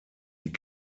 die